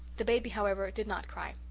the baby, however, did not cry.